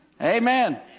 Amen